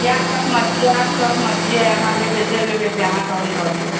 पियाज रखने छियै आलू रखने छियै अहाँ लेबै जे लेबै से अहाँके हम दऽ देब